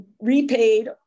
repaid